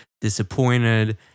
disappointed